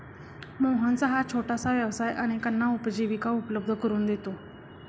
मोहनचा हा छोटासा व्यवसाय अनेकांना उपजीविका उपलब्ध करून देतो